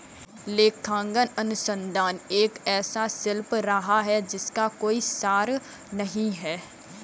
लेखांकन अनुसंधान एक ऐसा शिल्प रहा है जिसका कोई सार नहीं हैं